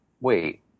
Wait